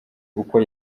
uko